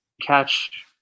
catch